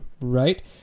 right